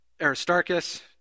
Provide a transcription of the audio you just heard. Aristarchus